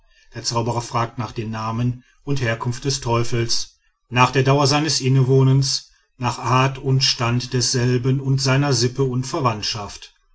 der zauberer fragt nach namen und herkunft des teufels nach der dauer seines innewohnens nach art und stand desselben und seiner sippe und verwandtschaft